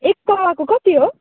एक पावाको कति हो